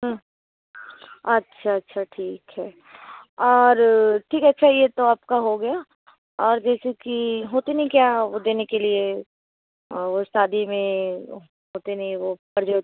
अच्छा अच्छा ठीक है और ठीक है अच्छा ये तो आपका हो गया और जैसे कि होती नहीं क्या वो देने के लिए वो शादी में होते नहीं वो पर जो